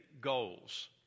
goals